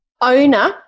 owner